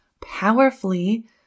powerfully